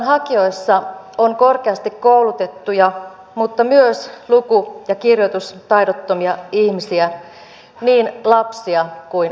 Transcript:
turvapaikanhakijoissa on korkeasti koulutettuja mutta myös luku ja kirjoitustaidottomia ihmisiä niin lapsia kuin aikuisiakin